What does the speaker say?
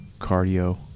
cardio